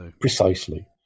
Precisely